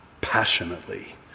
passionately